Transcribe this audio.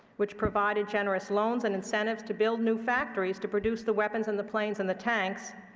which provided generous loans and incentives to build new factories to produce the weapons and the planes and the tanks,